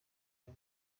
byo